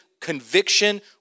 conviction